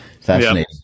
Fascinating